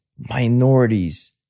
minorities